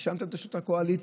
האשמתם את ראשות הקואליציה,